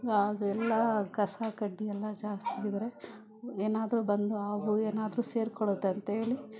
ಅದು ಎಲ್ಲ ಕಸ ಕಡ್ಡಿ ಎಲ್ಲ ಜಾಸ್ತಿ ಇದ್ದರೆ ಏನಾದರು ಬಂದು ಹಾವು ಏನಾದರು ಸೇರಿಕೊಳ್ಳುತ್ತೆ ಅಂಥೇಳಿ